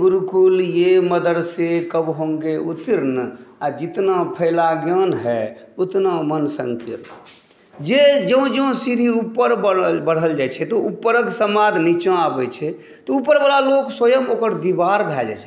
गुरुकुल ये मदरसे कब होंगे उत्तीर्ण आ जितना फैला ज्ञान है उतना मन संकीर्ण जे ज्यों ज्यों सीढ़ी ऊपर बढ़ल जाइ छै तऽ ऊपरके समाद नीचाँ अबै छै तऽ ऊपरवला लोक स्वयँ ओकर दीवार भऽ जाइ छथिन